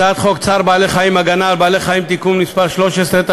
הצעת חוק צער בעלי-חיים (הגנה על בעלי-חיים) (תיקון מס' 13),